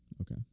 Okay